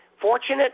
fortunate